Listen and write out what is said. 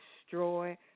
destroy